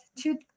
two